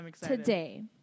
today